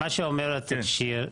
את צודקת.